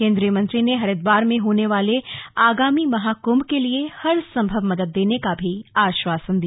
केंद्रीय मंत्री ने हरिद्वार में होने वाले आगामी महाकुंभ के लिए हर सम्भव मदद देने का भी आश्वासन दिया